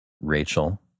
Rachel